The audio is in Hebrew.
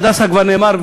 על "הדסה" כבר נאמר,